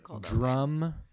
drum